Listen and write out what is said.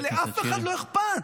ולאף אחד לא אכפת.